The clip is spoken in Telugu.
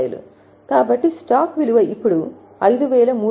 10000 కాబట్టి స్టాక్ విలువ ఇప్పుడు రూ